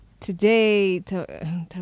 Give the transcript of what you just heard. Today